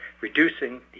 reducing